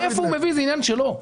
מאיפה הוא מביא זה עניין שלו.